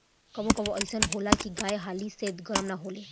कबो कबो अइसन होला की गाय हाली से गरम ना होले